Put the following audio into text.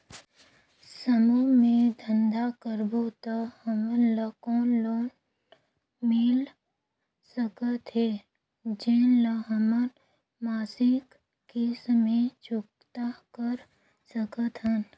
समूह मे धंधा करबो त हमन ल कौन लोन मिल सकत हे, जेन ल हमन मासिक किस्त मे चुकता कर सकथन?